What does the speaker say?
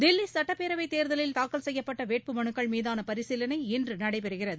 தில்லி சுட்டப் பேரவைத் தேர்தலில் தாக்கல் செய்யப்பட்ட வேட்புமனுக்கள் மீதான பரிசீலனை இன்று நடைபெறுகிறது